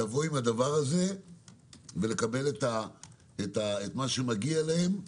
לבוא עם הדבר הזה ולקבל את מה שמגיע להם,